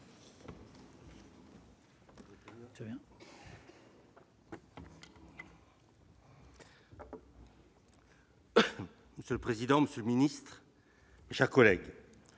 Monsieur le président, monsieur le ministre, mes chers collègues,